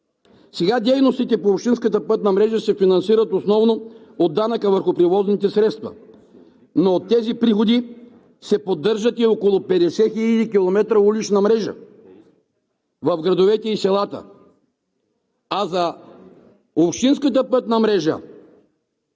Сега дейностите по общинската пътна мрежа се финансират основно от данъка върху превозните средства, но от тези приходи се поддържат и около 50 хиляди км улична мрежа в градовете и селата, а за общинската пътна мрежа